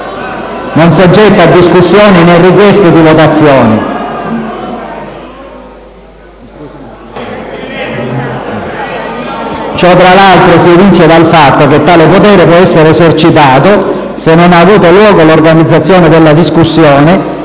non soggetta a discussione né a richieste di votazioni. *(Commenti dal Gruppo PD.)* Ciò tra l'altro si evince dal fatto che tale potere può essere esercitato se non ha avuto luogo l'organizzazione della discussione